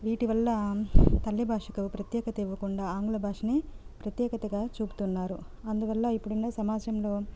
వీటి వల్ల తల్లి భాషతో ప్రత్యేకత ఇవ్వకుండా ఆంగ్ల భాషని ప్రత్యేకతగా చెప్తున్నారు అందువల్ల ఇప్పుడున్న సమాజంలో